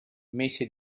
mese